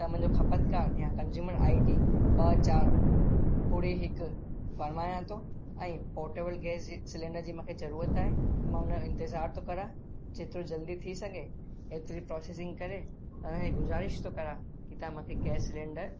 त मुंहिंजो खपतकार या कंज़्युमर आईडी ॿ चारि ॿुड़ी हिकु फरमाया थो ऐं पोर्टेबल गैस जी सिलैंडर जी मूंखे ज़रूरत आहे त मां उन जो इंतिज़ार थो कयां जेतिरो जल्दी थी सघे हेतिरी प्रोसेसिंग करे ऐं गुज़ारिश थो कयां की तव्हां मूंखे गैस सिलैंडर